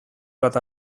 bat